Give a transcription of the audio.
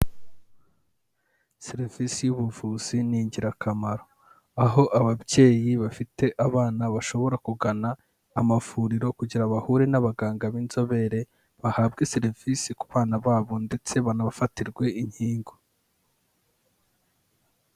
Serivisi y'ubuvuzi ni ingirakamaro, aho ababyeyi bafite abana bashobora kugana amavuriro kugira ngo bahure n'abaganga b'inzobere bahabwe serivisi ku bana babo ndetse banafatirwe inkingo.